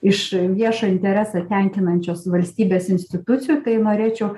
iš viešąjį interesą tenkinančios valstybės institucijų tai norėčiau